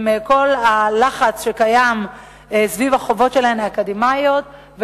כל הלחץ שקיים סביב החובות האקדמיות שלהן.